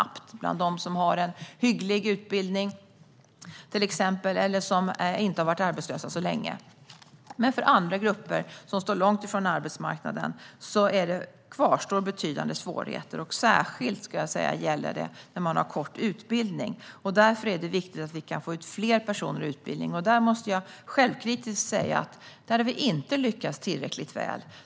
Bland dem som har en hygglig utbildning eller inte har varit arbetslösa länge sjunker arbetslösheten snabbt. Men för de grupper som står långt från arbetsmarknaden kvarstår betydande svårigheter. Det gäller särskilt dem med kort utbildning. Därför är det viktigt att vi får ut fler personer i utbildning, och här måste jag självkritiskt säga att vi inte har lyckats tillräckligt väl.